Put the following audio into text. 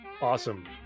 Awesome